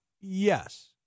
Yes